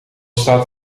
staat